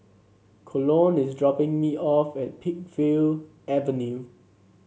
Colon is dropping me off at Peakville Avenue